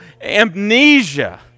amnesia